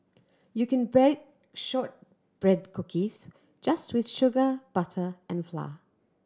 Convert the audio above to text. you can bake shortbread cookies just with sugar butter and flour